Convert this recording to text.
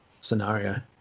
scenario